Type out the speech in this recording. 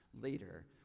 later